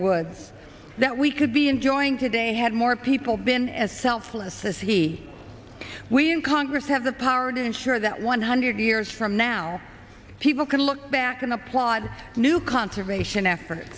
would that we could be enjoying today had more people been as selfless as he we in congress have the power to ensure that one hundred years from now people can look back and applaud new conservation effort